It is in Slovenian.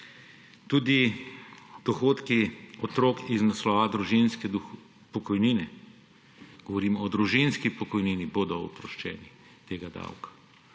Tudi dohodki otrok iz naslova družinske pokojnine, govorim o družinski pokojnini, bodo oproščeni tega davka,